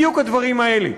בדיוק הדברים האלה.